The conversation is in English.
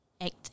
act